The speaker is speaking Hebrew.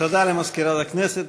תודה למזכירת הכנסת.